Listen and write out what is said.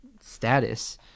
status